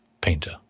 painter